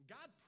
God